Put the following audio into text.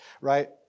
right